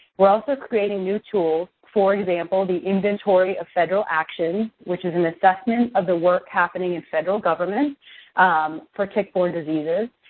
we're also creating new tools. for example, the inventory of federal actions, which is an assessment of the work happening in federal government for tick-borne diseases.